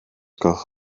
gwelwch